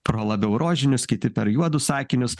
pro labiau rožinius kiti per juodus akinius